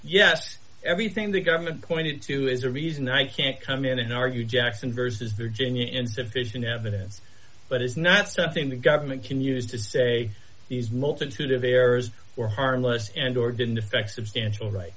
yes everything the government pointed to is a reason i can't come in and argue jackson versus virginia insufficient evidence but it's not something the government can use to say these multitude of errors were harmless and or didn't affect substantial